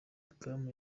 beckham